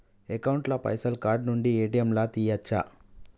Account ల పైసల్ card నుండి ఏ.టి.ఎమ్ లా తియ్యచ్చా?